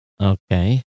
Okay